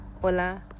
hola